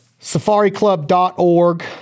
safariclub.org